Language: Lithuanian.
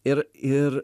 ir ir